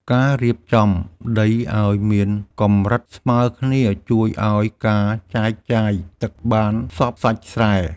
ការរៀបចំដីឱ្យមានកម្រិតស្មើគ្នា ជួយឱ្យការចែកចាយទឹកបានសព្វសាច់ស្រែ។